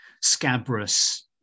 scabrous